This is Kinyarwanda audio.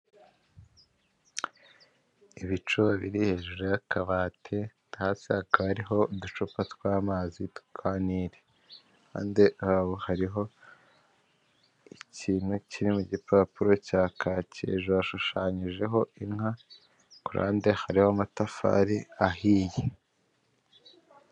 Ibicuba biri hejuru y'akabati hasi hakaba hariho uducupa tw'amazi twa Nile, iruhande rwaho hariho ikintu kiri mu gipapuro cya kaki hejuru hashushanyijeho inka ku ruhande hariho amatafari ahiye.